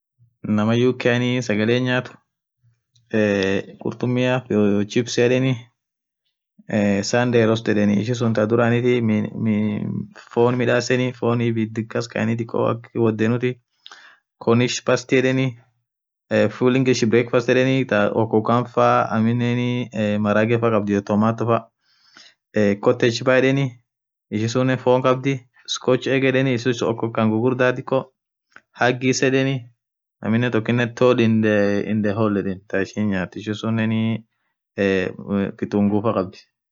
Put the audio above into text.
Inamaa Uk sagale inin nyathu khurtummiaf iyo chips yedheni Sunday rost yedheni ishisun thaa dhuranithi miiin miin fonn midhaseni ibidh kaskhaeni dhiko akaaa wodhenuthi conshe past yedheni full breakfast yedheni okokan faaa aminen maragheeefaa iyo tomato faaa khotech faa yedheni ishisunen fonn khabdhii scoach egg ishisun okhokan ghughurdha dikko hagis yedheni aminen tokinen tordhindhe hall thaa ishin nyathu ishisunen kitungufaa khabdhii